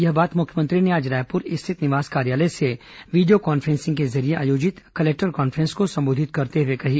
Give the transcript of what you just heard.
यह बात मुख्यमंत्री ने आज रायपुर स्थित निवास कार्यालय से वीडियो कॉन्फ्रेंसिंग के जरिये आयोजित कलेक्टर कॉन्फ्रेंस को संबोधित करते हुए कही